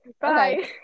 Bye